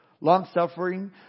long-suffering